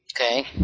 Okay